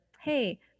Hey